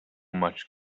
much